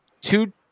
two